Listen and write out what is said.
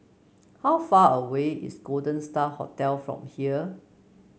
how far away is Golden Star Hotel from here